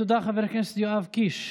תודה, חבר הכנסת יואב קיש.